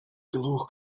глух